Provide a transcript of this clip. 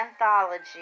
anthology